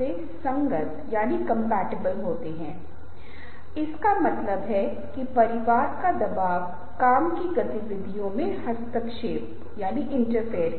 कभी कभी अनुनय बदलते रवैयों के बारे में है अब यह एक बहुत ही मुश्किल बात है लेकिन जैसा कि हमने पिछले सत्र में चर्चा की